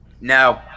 No